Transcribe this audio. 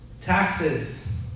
taxes